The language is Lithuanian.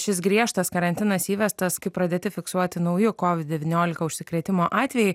šis griežtas karantinas įvestas kaip pradėti fiksuoti nauji kovid devyniolika užsikrėtimo atvejai